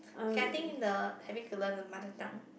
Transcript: okay I think the having to learn a mother tongue